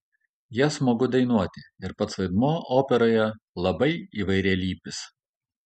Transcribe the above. ją smagu dainuoti ir pats vaidmuo operoje labai įvairialypis